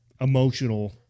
emotional